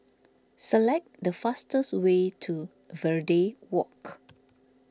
select the fastest way to Verde Walk